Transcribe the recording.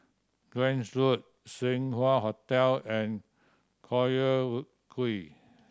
Grange Road Seng Wah Hotel and Collyer Quay